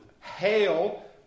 hail